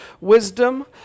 wisdom